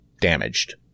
damaged